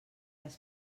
les